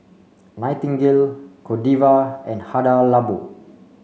Nightingale Godiva and Hada Labo